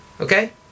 Okay